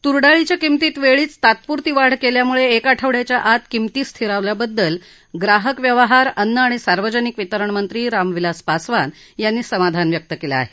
तूर डाळीच्या किंमतीत वेळीच तात्पूरती वाढ केल्यामुळे एक आठवड्याच्या आत किंमती स्थिरावल्याबद्दल ग्राहक व्यवहार अन्न आणि सार्वजनिक वितरणमंत्री रामविलास पासवान यांनी समाधान व्यक्त केलं आहे